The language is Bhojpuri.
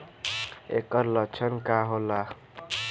ऐकर लक्षण का होला?